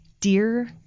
Dear